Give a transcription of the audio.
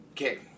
Okay